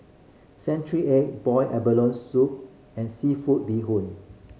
century egg boiled abalone soup and seafood bee hoon